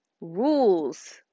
rules